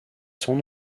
sans